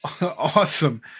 Awesome